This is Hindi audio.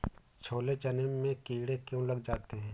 छोले चने में कीड़े क्यो लग जाते हैं?